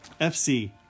FC